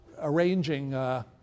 arranging